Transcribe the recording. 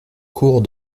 courts